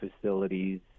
facilities